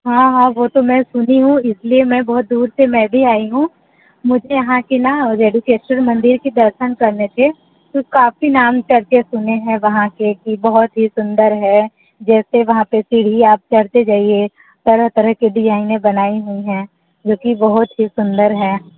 हाँ हाँ वो तो मैं सुनी हूँ इसलिए मैं बहुत दूर से मैं भी आई हूँ मुझे यहाँ के न रेणुकेश्वर मंदिर के दर्शन करने थे तो काफ़ी नाम चर्चे सुने हैं वहाँ के कि बहुत ही सुंदर है जैसे वहाँ पे सीढ़ी आप चढ़ते जाइए तरह तरह की डिजाइनें बनाई हुई हैं जो कि बहुत ही सुंदर है